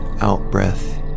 out-breath